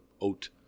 oat